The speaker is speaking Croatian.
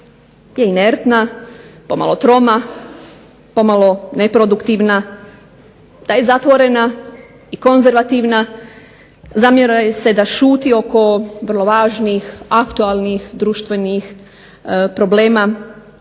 je inertna, pomalo troma, pomalo neproduktivna, da je zatvorena i konzervativna, zamjera joj se da šuti oko vrlo važnih aktualnih društvenih problema,